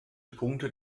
punkte